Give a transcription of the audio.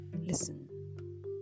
listen